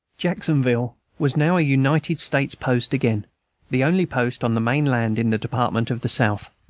jacksonville was now a united states post again the only post on the main-land in the department of the south.